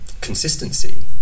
consistency